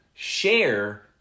share